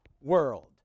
world